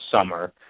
summer